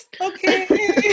Okay